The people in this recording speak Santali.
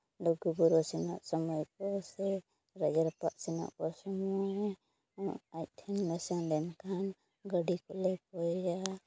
ᱞᱩᱜᱩᱵᱩᱨᱩ ᱥᱮᱱᱚᱜ ᱥᱚᱢᱚᱭ ᱥᱮ ᱨᱟᱡᱽᱨᱟᱯᱯᱟ ᱥᱮᱱᱚᱜ ᱚᱥᱚᱢᱚᱭ ᱟᱡᱴᱷᱮᱱᱞᱮ ᱥᱮᱱ ᱞᱮᱱᱠᱷᱟᱱ ᱜᱟᱰᱤᱠᱚᱞᱮ ᱠᱚᱭᱮᱭᱟ